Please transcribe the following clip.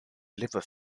liver